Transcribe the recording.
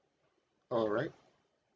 alright